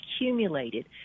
accumulated